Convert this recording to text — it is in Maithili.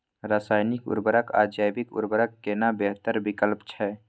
रसायनिक उर्वरक आ जैविक उर्वरक केना बेहतर विकल्प छै?